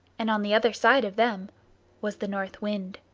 and on the other side of them was the north wind.